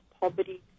poverty